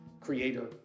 Creator